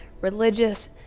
religious